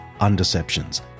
undeceptions